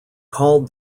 called